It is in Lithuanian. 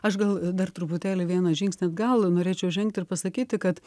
aš gal dar truputėlį vieną žingsnį atgal norėčiau žengti ir pasakyti kad